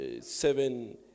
seven